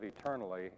eternally